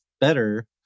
better